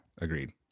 agreed